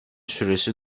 süresi